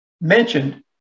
mentioned